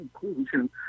conclusion